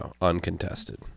uncontested